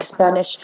Spanish